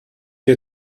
you